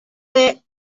lose